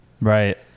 right